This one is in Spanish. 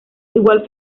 igual